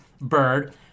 bird